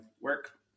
work